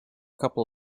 couple